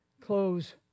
Close